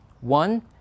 one